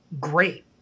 great